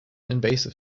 invasive